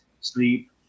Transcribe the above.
sleep